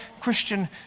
Christian